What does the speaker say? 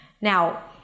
Now